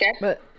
but-